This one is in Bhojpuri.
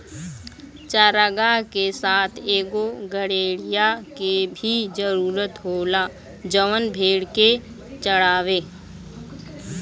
चारागाह के साथ एगो गड़ेड़िया के भी जरूरत होला जवन भेड़ के चढ़ावे